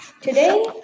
Today